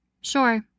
Sure